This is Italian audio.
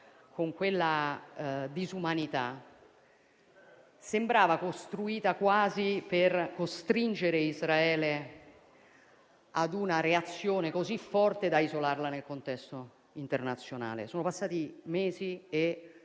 con quella disumanità, sembrava costruita quasi per costringere Israele a una reazione così forte da isolarla nel contesto internazionale. Sono passati mesi e